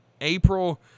April